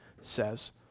says